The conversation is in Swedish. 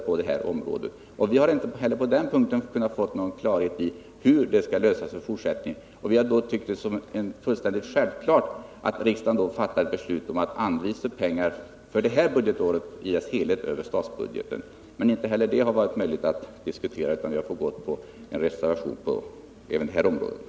Vi har således inte heller när det gäller finansieringen fått klarhet i hur frågan skall lösas i fortsättningen, och vi har då sett det som fullständigt självklart att riksdagen fattar ett beslut om att anvisa pengar för det här budgetåret i dess helhet över statsbudgeten. Inte heller en sådan lösning har varit möjlig att diskutera vid utskottsbehandlingen, utan vi har fått gå reservationsvägen även på denna punkt.